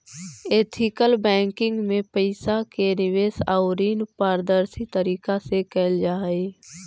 ethical banking में पइसा के निवेश आउ ऋण पारदर्शी तरीका से कैल जा हइ